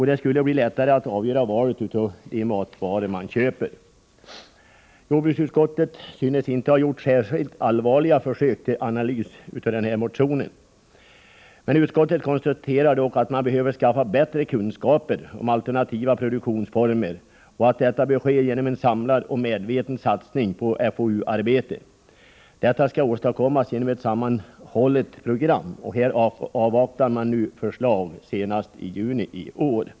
Det skulle bli lättare att avgöra valet av de matvaror man köper. Jordbruksutskottet synes inte ha gjort särskilt allvarliga försök till analys av motionen. Utskottet konstaterar dock att man behöver skaffa bättre kunskaper om alternativa produktionsformer och att detta bör ske genom en samlad och medveten satsning på FoU-arbete. Detta skall åstadkommas genom ett sammanhållet program. Här avvaktar man nu förslag senast den 1 juni i år.